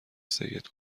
سید